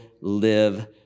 live